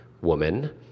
woman